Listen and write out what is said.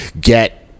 get